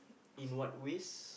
in what ways